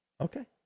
Okay